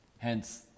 Hence